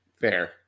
fair